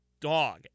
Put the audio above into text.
dog